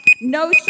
no